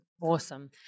Awesome